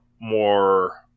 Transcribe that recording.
more